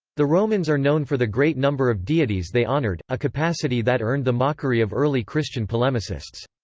the romans are known for the great number of deities they honoured, a capacity that earned the mockery of early christian polemicists.